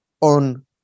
on